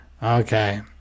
Okay